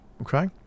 okay